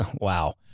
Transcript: wow